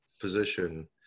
physician